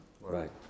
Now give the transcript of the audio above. Right